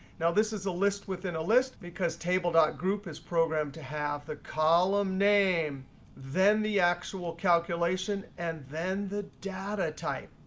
now this is a list within a list because table dot group is programmed to have the column name then the actual calculation and then the data type.